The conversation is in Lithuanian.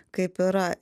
kaip yra